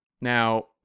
now